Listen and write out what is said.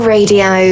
Radio